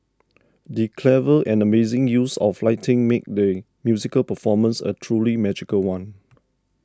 the clever and amazing use of lighting made the musical performance a truly magical one